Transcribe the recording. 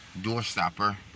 doorstopper